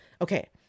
okay